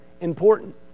important